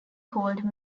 called